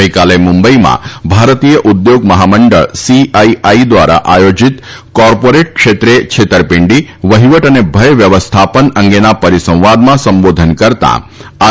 ગઈકાલે મુંબઈમાં ભારતીય ઉદ્યોગ મહામંડળ સીઆઈઆઈ દ્વારા આયોજીત કોર્પોરેટ ક્ષેત્રે છેતરપિંડી વહિવટ અને ભય વ્યવસ્થાપન અંગેના પરિસંવાદમાં સંબોધન કરતા આર